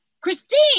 christine